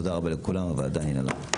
תודה רבה לכולם, הוועדה ננעלה.